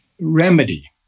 remedy